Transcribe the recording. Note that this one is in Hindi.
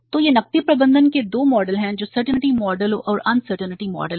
तो ये नकदी प्रबंधन के 2 मॉडल हैं जो सर्टेंटी मॉडल और अनसर्टेंटी मॉडल है